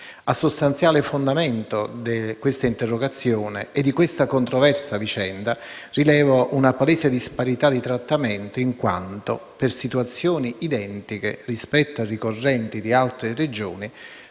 A sostanziale fondamento di questa interrogazione e di questa controversa vicenda, rilevo una palese disparità di trattamento in quanto, per situazioni identiche, i ricorrenti di altre Regioni